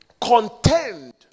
contend